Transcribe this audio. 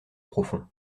profond